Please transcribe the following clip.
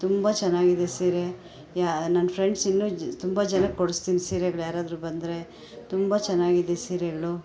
ತುಂಬ ಚೆನ್ನಾಗಿದೆ ಸೀರೆ ಯಾ ನನ್ನ ಫ್ರೆಂಡ್ಸ್ ಇನ್ನು ಜ ತುಂಬ ಜನಕ್ಕೆ ಕೊಡಿಸ್ತೇನೆ ಸೀರೆಗಳು ಯಾರಾದರೂ ಬಂದರೆ ತುಂಬ ಚೆನ್ನಾಗಿದೆ ಸೀರೆಗಳು